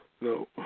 No